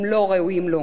הם לא ראויים לו.